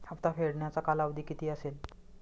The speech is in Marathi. हप्ता फेडण्याचा कालावधी किती असेल?